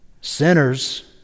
Sinners